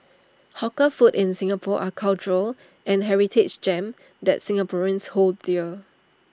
hawker food in Singapore are cultural and heritage gems that Singaporeans hold dear